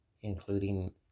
including